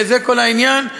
זה כל העניין.